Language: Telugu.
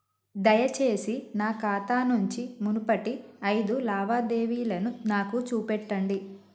దయచేసి నా ఖాతా నుంచి మునుపటి ఐదు లావాదేవీలను నాకు చూపెట్టండి